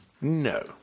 No